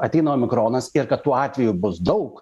ateina omikronas ir kad tų atvejų bus daug